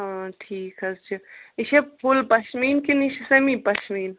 ٹھیٖک حظ چھُ یہِ چھا فُل پشمیٖن کِنۍ یہِ چھُ سیٚمہِ پشمیٖن